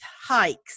hikes